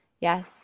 Yes